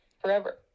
forever